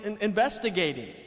investigating